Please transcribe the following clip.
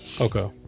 Okay